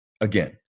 Again